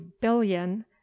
billion